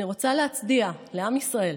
אני רוצה להצדיע לעם ישראל,